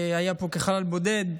הוא היה פה כחייל בודד,